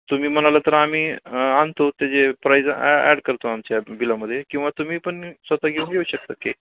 तुम्ही म्हणाला तर आम्ही आणतो ते जे प्राईज ॲड करतो आमच्या बिलामध्ये किंवा तुम्ही पण स्वत घेऊन घेऊ शकता केक